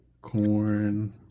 corn